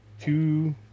two